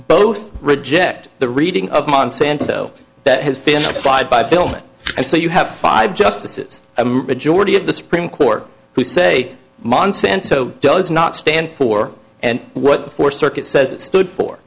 both reject the reading of monsanto that has been applied by film and so you have five justices i'm majority of the supreme court who say monsanto does not stand for and what four circuits says it stood for